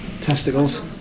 testicles